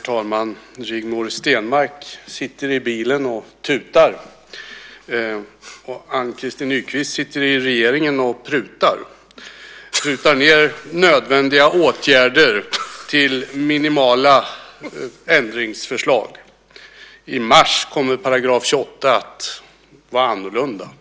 talman! Rigmor Stenmark sitter i bilen och tutar. Och Ann-Christin Nykvist sitter i regeringen och prutar. Hon prutar ned nödvändiga åtgärder till minimala ändringsförslag. I mars kommer § 28 att vara annorlunda.